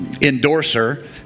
endorser